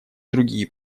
другие